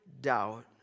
doubt